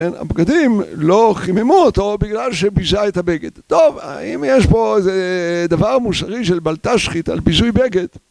הבגדים לא חיממו אותו בגלל שביזה את הבגד. טוב, האם יש פה איזה דבר מוסרי של בל תשחית על ביזוי בגד?